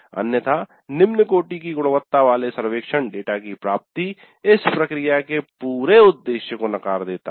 अन्यथा निम्न कोटि की गुणवत्ता वाले सर्वेक्षण डेटा की प्राप्ति इस प्रक्रिया के पूरे उद्देश्य को नकार देता है